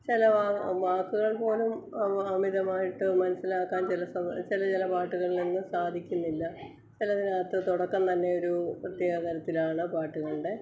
ചില വാ വാക്കുകള് പോലും അമിതമായിട്ട് മനസിലാക്കാന് ചില സമയ ചില ചില പാട്ടുകളൊന്നും സാധിക്കുന്നില്ല ചിലതിനകത്ത് തുടക്കം തന്നെ ഒരൂ പ്രത്യേക തരത്തിലാണ് പാട്ടുകളുടെ